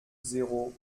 zéro